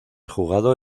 jugado